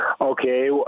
Okay